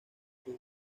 sus